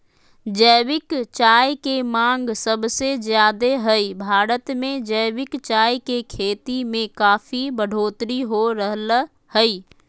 जैविक चाय के मांग सबसे ज्यादे हई, भारत मे जैविक चाय के खेती में काफी बढ़ोतरी हो रहल हई